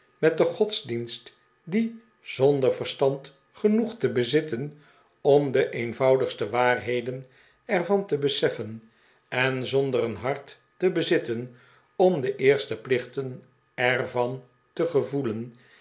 met den godsdienst die zonder verstand genoeg te bezitten om de eenvoudigste waarheden er van te beseffen en zonder een hart te bezitten om de eerste plichten er van te gevoelen